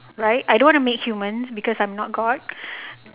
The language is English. right I don't want to make humans because I'm not god